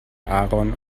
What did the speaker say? aaron